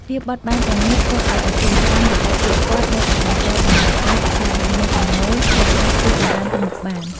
ភាពបត់បែនទាំងនេះធ្វើឱ្យអាជីវកម្មរបស់ពួកគាត់នៅតែបន្តដំណើរការ រក្សាបាននូវចំណូល និងអាចរីកចម្រើនទៅមុខបាន។